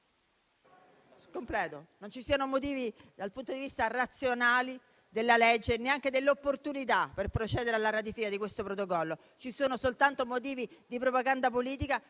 non ci siano motivi razionali, dal punto di vista della legge e neanche dell'opportunità per procedere alla ratifica di questo Protocollo. Ci sono soltanto motivi di propaganda politica